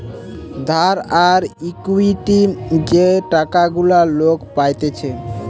ধার আর ইকুইটি যে টাকা গুলা লোক পাইতেছে